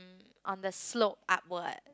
on the slope upwards